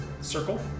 circle